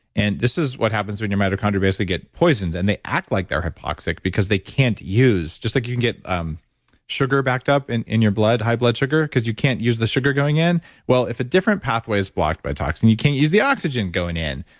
and this is what happens when your mitochondria basically get poisoned, and they act like they're hypoxic because they can't use. just like you can get um sugar backed up and in your blood, high blood sugar, because you can't use the sugar going in well, if a different pathway is blocked by a toxin, you can't use the oxygen going in,